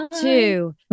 two